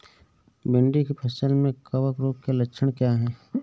भिंडी की फसल में कवक रोग के लक्षण क्या है?